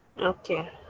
Okay